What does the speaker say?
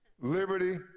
Liberty